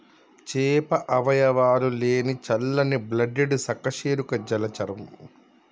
చేప అవయవాలు లేని చల్లని బ్లడెడ్ సకశేరుక జలచరం